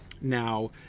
now